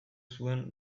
zuen